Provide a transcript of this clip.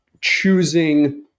choosing